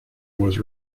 was